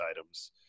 items